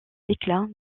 déclin